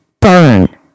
burn